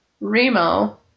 Remo